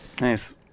nice